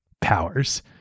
powers